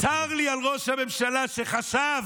צר לי על ראש הממשלה, שחשב